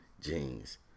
jeans